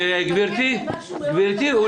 אתה מתעקש על משהו מאוד קטן --- גברתי,